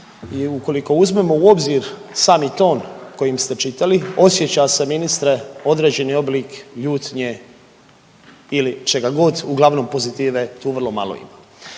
ukoliko uzmemo u obzir sami ton kojim ste čitali, osjeća se ministre, određeni oblik ljutnje ili čega god, uglavnom pozitive tu vrlo malo ima.